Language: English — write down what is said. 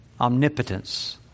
omnipotence